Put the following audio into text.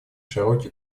широкий